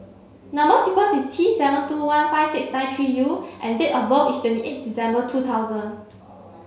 number sequence is T seven two one five six nine three U and date of birth is twenty eight December two thousand